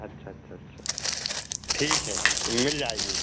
अच्छा अच्छा अच्छा ठीक है मिल जाएगी